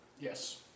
Yes